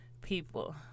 people